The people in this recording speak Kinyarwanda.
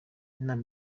inama